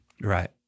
Right